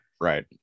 Right